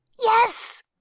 Yes